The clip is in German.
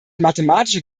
mathematische